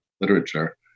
literature